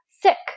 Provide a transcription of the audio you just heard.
sick